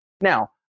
Now